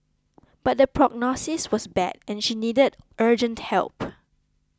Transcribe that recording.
but the prognosis was bad and she needed urgent help